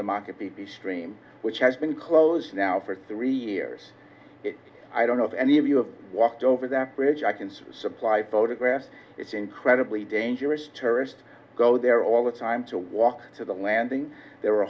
the market the stream which has been closed now for three years i don't know if any of you have walked over that bridge i can supply photographs it's incredibly dangerous terrorists go there all the time to walk to the landing there are